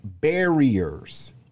barriers